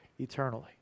eternally